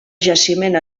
jaciment